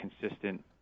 consistent